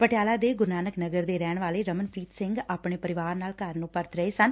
ਪਟਿਆਲਾ ਦੇ ਗੁਰੂ ਨਾਨਕ ਨਗਰ ਦੇ ਰਹਿਣ ਵਾਲੇ ਰਮਨਪ੍ੀਤ ਸਿੰਘ ਆਪਣੇ ਪਰਿਵਾਰ ਨਾਲ ਘਰ ਨੂੰ ਪਰਤ ਰਹੇ ਸਨ